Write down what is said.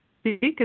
speak